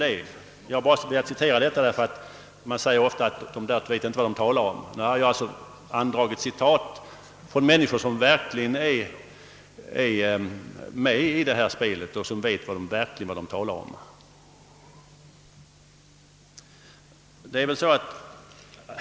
Jag har bara velat citera detta, därför att man säger ofta, att motståndare till boxningen inte vet vad de talar om. Nu har jag alltså anfört citat från människor som är med i detta spel och verkligen vet vad de talar om.